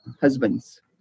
husbands